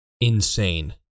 insane